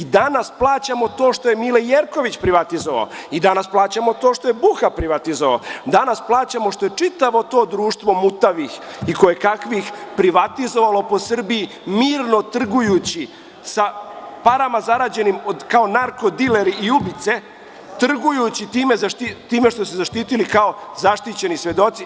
Danas plaćamo to što je Mile Jerković privatizovao, danas plaćamo to što je Buha privatizovao, danas plaćamo što je čitavo to društvo mutavih i kojekakvih privatizovalo po Srbiji, mirno trgujući parama zarađenih kao narko-dileri i ubice, trgujući time što su se zaštitili kao zaštićeni svedoci.